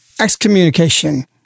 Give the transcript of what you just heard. excommunication